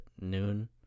noon